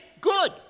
good